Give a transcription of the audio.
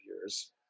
years